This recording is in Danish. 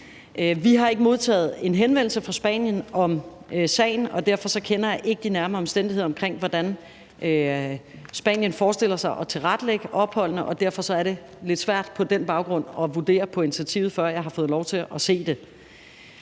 Vi har ikke modtaget en henvendelse fra Spanien om sagen, og derfor kender jeg ikke de nærmere omstændigheder omkring, hvordan Spanien forestiller sig at tilrettelægge opholdene, og derfor er det lidt svært på den baggrund at vurdere initiativet, før jeg har fået lov til at se det.